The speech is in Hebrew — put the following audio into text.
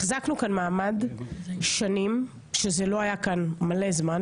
החזקנו מעמד שנים וזה לא היה כאן הרבה שנים.